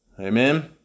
Amen